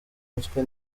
mutwe